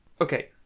Okay